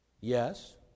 Yes